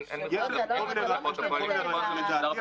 חושבת שהתקנות שמאושרות משלימות את הצורך הזה.